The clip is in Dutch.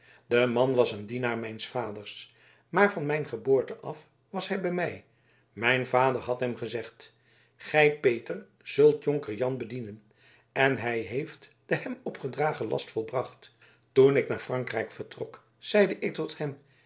de man was een dienaar mijns vaders maar van mijn geboorte af was hij bij mij mijn vader had hem gezegd gij peter zult jonker jan bedienen en hij heeft den hem opgedragen last volbracht toen ik naar frankrijk vertrok zeide ik tot hem